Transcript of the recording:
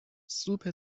سوپ